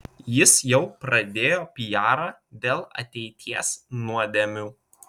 jis jau pradėjo pijarą dėl ateities nuodėmių